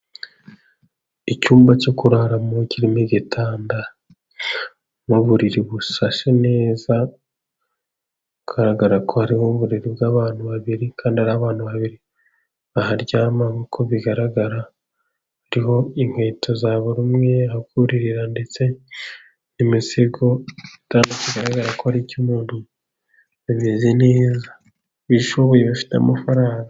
Icyumba cyo kuraramo kirimo igitanda n'uburiri bushashe neza, bigaragara ko hariho uburiri bw'abantu babiri kandi ari abantu babiri baharyama nkuko bigaragara. Hariho inkweto za buri umwe, aho kuririra ndetse n' imisego. Igitanda kigaragara ko ari icy'abantu bameze neza, bishoboye bafite amafaranga.